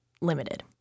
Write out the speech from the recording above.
limited